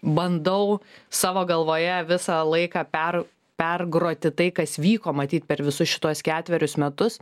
bandau savo galvoje visą laiką per pergroti tai kas vyko matyt per visus šituos ketverius metus